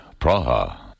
Praha